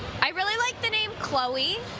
i really like the name cloay.